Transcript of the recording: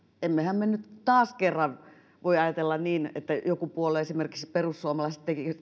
emmehän me nyt taas kerran voi ajatella niin että joku puolue esimerkiksi perussuomalaiset